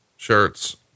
Shirts